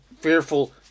fearful